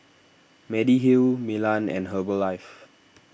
Mediheal Milan and Herbalife